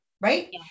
right